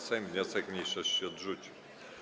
Sejm wniosek mniejszości odrzucił.